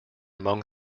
among